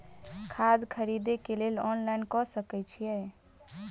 खाद खरीदे केँ लेल ऑनलाइन कऽ सकय छीयै?